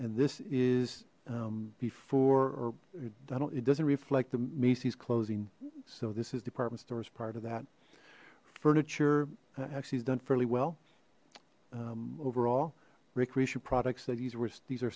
and this is before or i don't it doesn't reflect the macy's closing so this is department stores part of that furniture actually has done fairly well overall recreation products that these were these are